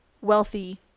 wealthy